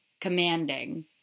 commanding